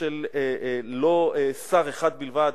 לא של שר אחד בלבד,